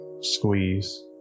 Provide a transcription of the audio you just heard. squeeze